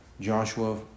Joshua